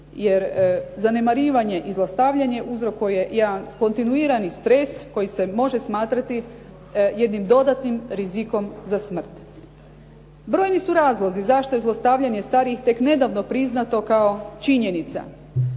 jer zanemarivanje i zlostavljanje uzrokuje jedan kontinuirani stres koji se može smatrati jednim dodatnim rizikom za smrt. Brojni su razlozi zašto je zlostavljanje starijih tek nedavno priznato kao činjenica.